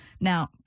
Now